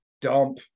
dump